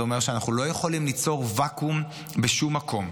זה אומר שאנחנו לא יכולים ליצור ואקום בשום מקום,